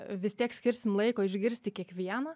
vis tiek skirsim laiko išgirsti kiekvieną